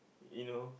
you know